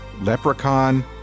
Leprechaun